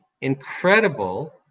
incredible